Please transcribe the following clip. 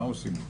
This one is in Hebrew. מה עושים איתן?